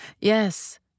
Yes